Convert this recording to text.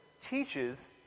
teaches